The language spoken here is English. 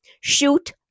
Shoot